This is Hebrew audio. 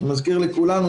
אני מזכיר לכולנו,